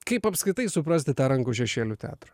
kaip apskritai suprasti tą rankų šešėlių teatrą